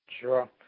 Sure